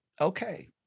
okay